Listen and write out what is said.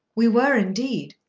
we were, indeed.